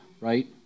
right